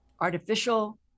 artificial